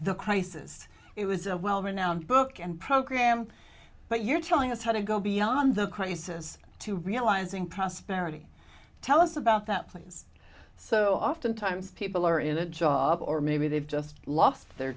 the crisis it was a well renowned book and program but you're telling us how to go beyond the crisis to realizing prosperity tell us about that please so oftentimes people are in a job or maybe they've just lost their